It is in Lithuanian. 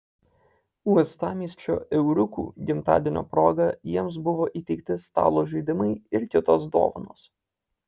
uostamiesčio euriukų gimtadienio proga jiems buvo įteikti stalo žaidimai ir kitos dovanos